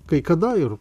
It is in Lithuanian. kai kada ir